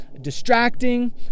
distracting